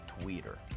Twitter